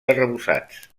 arrebossats